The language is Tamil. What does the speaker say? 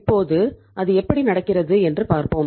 இப்போது அது எப்படி நடக்கிறது என்று பார்ப்போம்